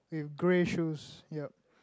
with grey shoes yup